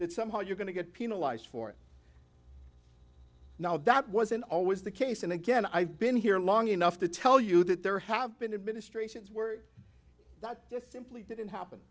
that somehow you're going to get penalized for it now that wasn't always the case and again i've been here long enough to tell you that there have been administrations were not just simply didn't happen